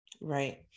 Right